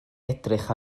edrych